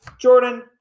Jordan